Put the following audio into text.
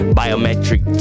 biometric